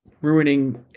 Ruining